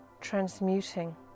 transmuting